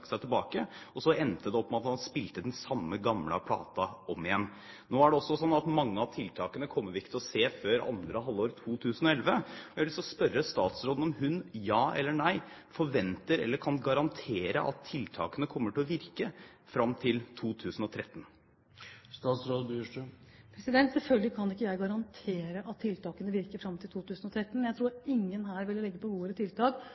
seg tilbake, og så endte det opp med at han spilte den samme gamle platen om igjen. Nå er det også sånn at mange av tiltakene kommer vi ikke til å se før andre halvår 2011. Jeg har lyst til å spørre statsråden om hun, ja eller nei, forventer eller kan garantere at tiltakene kommer til å virke fram til 2013? Selvfølgelig kan ikke jeg garantere at tiltakene virker fram til 2013. Jeg tror ingen her ville legge på bordet tiltak